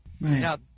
Now